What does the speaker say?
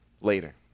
later